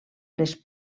les